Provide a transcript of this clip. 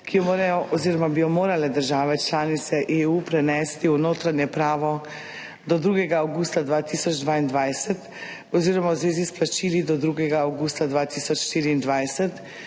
bi jo morale države članice EU prenesti v notranje pravo do 2. avgusta 2022 oziroma v zvezi s plačili do 2. avgusta 2024,